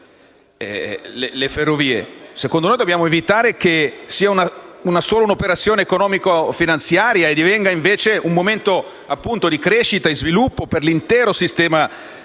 diseconomici; per evitare che sia solo un'operazione economico-finanziaria e divenga, invece, un momento di crescita e sviluppo per l'intero sistema del